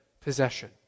possession